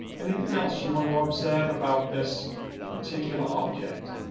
anything else you want to observe about this particular object.